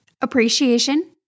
appreciation